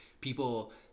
people